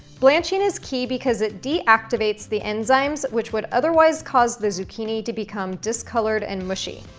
blanching is key because it deactivates the enzymes which would otherwise cause the zucchini to become discolored and mushy.